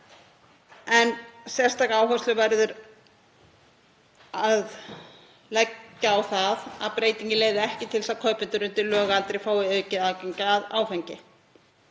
Sérstaka áhersla verður að leggja á það að breytingin leiði ekki til þess að kaupendur undir lögaldri fái aukið aðgengi að áfengi,